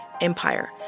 Empire